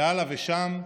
והלאה ושם,